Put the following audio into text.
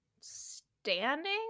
standing